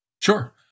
sure